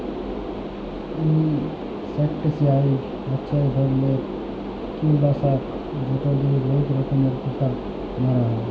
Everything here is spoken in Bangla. ইলসেকটিসাইড ইক ধরলের কিটলাসক যেট লিয়ে বহুত রকমের পোকা মারা হ্যয়